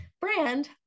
brand